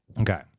Okay